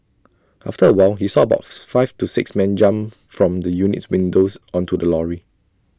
after A while he saw about five to six men jump from the unit's windows onto the lorry